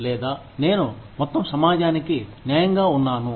లేదా నేను మొత్తం సమాజానికి న్యాయంగా ఉన్నాను